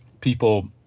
people